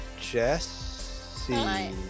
Jesse